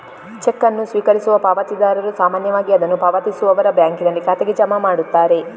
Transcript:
check ಅನ್ನು ಸ್ವೀಕರಿಸುವ ಪಾವತಿದಾರರು ಸಾಮಾನ್ಯವಾಗಿ ಅದನ್ನು ಪಾವತಿಸುವವರ ಬ್ಯಾಂಕಿನಲ್ಲಿ ಖಾತೆಗೆ ಜಮಾ ಮಾಡುತ್ತಾರೆ